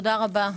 תודה רבה,